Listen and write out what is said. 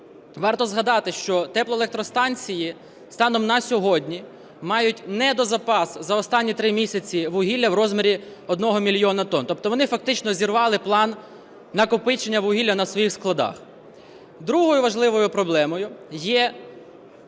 варто згадати, що теплоелектростанції станом на сьогодні мають недозапас за останні три місяці вугілля в розмірі 1 мільйона тонн, тобто вони фактично зірвали план накопичення вугілля на своїх складах. Другою важливою проблемою є